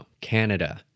Canada